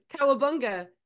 Cowabunga